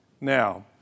Now